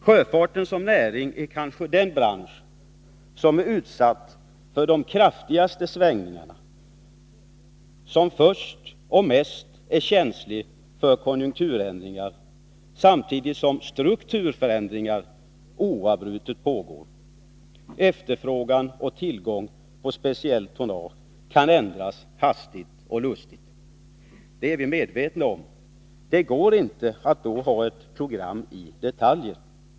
Sjöfarten som näring är kanske den bransch som är utsatt för de kraftigaste svängningarna, som först drabbas av och som är mest känslig för konjunkturändringar, samtidigt som strukturförändringar oavbrutet pågår. Efterfrågan och tillgång på speciellt tonnage kan ändras hastigt och lustigt. Det är vi medvetna om. Det går inte att då ha ett program som reglerar detaljer.